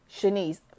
Shanice